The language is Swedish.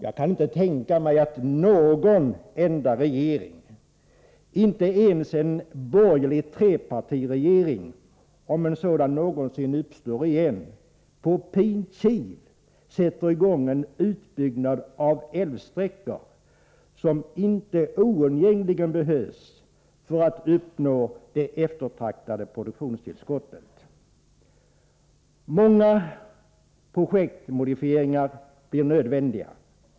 Jag kan inte tänka mig att någon regering — inte ens en borgerlig trepartiregering, om en sådan någonsin uppstår igen — på pin kiv skulle sätta i gång en utbyggnad av älvsträckor som inte oundgängligen behövs för att uppnå det eftertraktade produktionstillskottet. Många projektmodifieringar blir nödvändiga.